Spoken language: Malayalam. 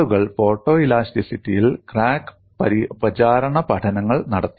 ആളുകൾ ഫോട്ടോലാസ്റ്റിറ്റിയിൽ ക്രാക്ക് പ്രചാരണ പഠനങ്ങൾ നടത്തി